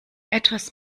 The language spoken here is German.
etwas